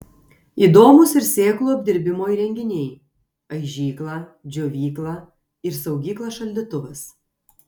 įdomūs ir sėklų apdirbimo įrenginiai aižykla džiovykla ir saugykla šaldytuvas